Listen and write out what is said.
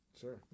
Sure